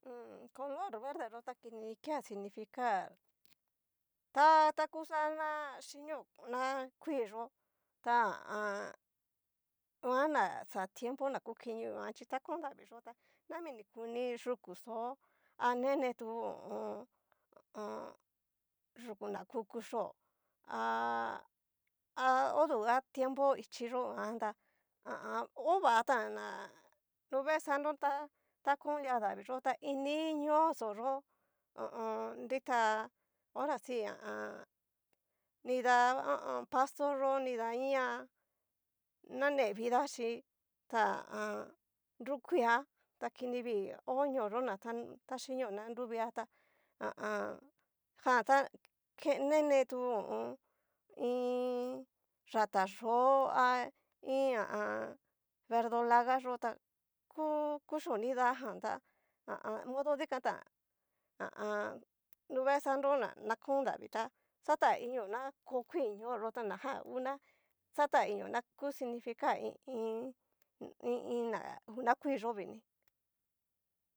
Mmm color verde yó ta kini kea significar, ta- ta kuxana ná, xhinio na kuiyó, ta nguan na xa tiempo na ku kinio guan chí ta kon davii yó tá, nmini kuni yukuxó a nenetu ho o on. a yuku na ku kuxhio, ha a oduga tiempo ichíi yo'o nguan ta ha a an hovatán na nruve sandro ta- ta kon lia davii yó ta ini yoxó yo, ho o on. nritá horasi ha a a. nrida ho o on. pastoyo nida ñá, nane vidaxhí ta ha a an nrukuia, ta kini vii ho ñoo yó'o ña taxhinio ná nruvia ha a an. jan ta ke nenetu iin. yatayó iin ha a an. verdolaga yo'o ta ku kuchio nidajanta ha a an. modo dikantán ha a an. nruvee santo na na kon davii ta xataniño na ko kuii ñoyó ta na jan una xataninio na ku significar i iin i iin ná nguna kuii yó vini.